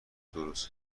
درست